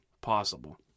possible